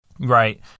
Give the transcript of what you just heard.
Right